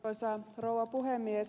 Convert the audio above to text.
arvoisa rouva puhemies